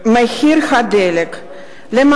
מחיר הדלק ועוד,